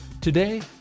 Today